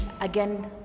again